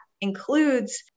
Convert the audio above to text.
includes